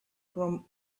from